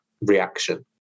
reaction